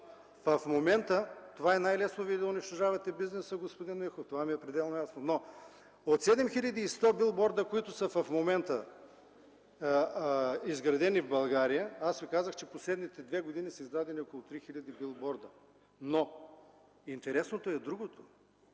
В момента това е най-лесният начин Вие да унищожавате бизнеса, господин Миков, това ми е пределно ясно. От 7100 билборда, които в момента са изградени в България, казах Ви, че в последните две години са издадени около 3000 билборда. Интересно обаче е другото